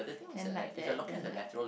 then like that then like